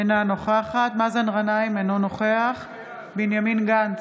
אינה נוכחת מאזן גנאים, אינו נוכח בנימין גנץ,